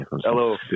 Hello